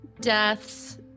deaths